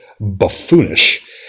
buffoonish